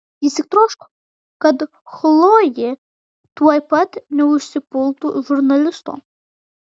jis tik troško kad chlojė tuoj pat neužsipultų žurnalisto